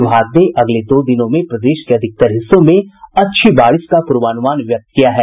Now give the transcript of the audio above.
विभाग ने अगले दो दिनों में प्रदेश के अधिकतर हिस्सों में अच्छी बारिश का पूर्वानुमान व्यक्त किया है